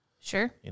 Sure